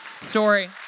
story